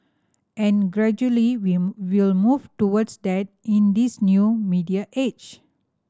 and gradually we've we'll move towards that in this new media age